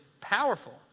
powerful